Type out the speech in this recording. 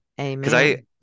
Amen